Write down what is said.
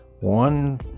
One